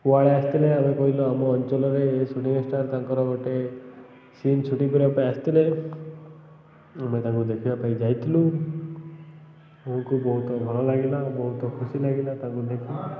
କୁଆଡ଼େ ଆସିଥିଲେ ଆମେ କହିଲୁ ଆମ ଅଞ୍ଚଳରେ ଏ ସୁଟିଂ ଷ୍ଟାର ତାଙ୍କର ଗୋଟେ ସିନ୍ ସୁ ସୁଟିଂ କରିବା ପାଇଁ ଆସିଥିଲେ ଆମେ ତାଙ୍କୁ ଦେଖିବା ପାଇଁ ଯାଇଥିଲୁ ଆମକୁ ବହୁତ ଭଲ ଲାଗିଲା ବହୁତ ଖୁସି ଲାଗିଲା ତାଙ୍କୁ ଦେଖିବା